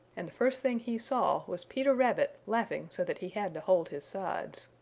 and the first thing he saw was peter rabbit laughing so that he had to hold his sides.